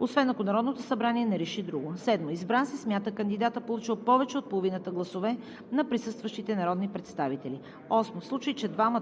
освен ако Народното събрание не реши друго. 7. Избран се смята кандидатът, получил повече от половината гласове на присъстващите народни представители. 8. В случай че двама